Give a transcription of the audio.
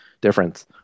difference